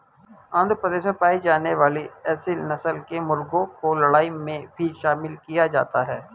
आंध्र प्रदेश में पाई जाने वाली एसील नस्ल के मुर्गों को लड़ाई में भी शामिल किया जाता है